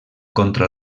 contra